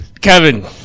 Kevin